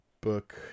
book